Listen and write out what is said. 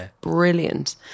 brilliant